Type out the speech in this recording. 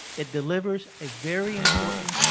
it delivers a very important